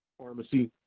pharmacy,